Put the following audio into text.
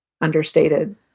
understated